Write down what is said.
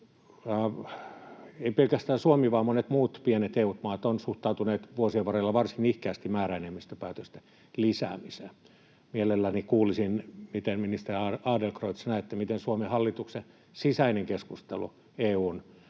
Ei pelkästään Suomi vaan myös monet muutkin pienet EU-maat ovat suhtautuneet vuosien varrella varsin nihkeästi määräenemmistöpäätösten lisäämiseen. Mielelläni kuulisin, ministeri Adlercreutz, miten näette Suomen hallituksen sisäisen keskustelun EU:n